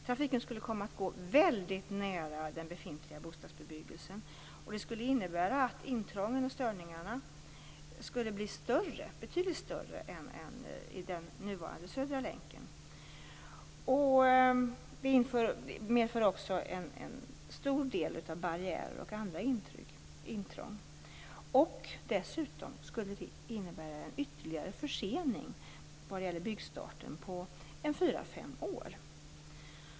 Trafiken skulle komma att gå väldigt nära den befintliga bostadsbebyggelsen. Det skulle innebära att intrången och störningarna skulle bli betydligt större än i nuvarande Södra länken. Det medför också en stor del av barriärer och andra intrång. Dessutom skulle det innebära en ytterligare försening vad gäller byggstarten på fyra fem år.